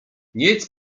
nic